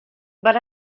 but